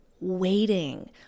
Waiting